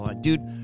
Dude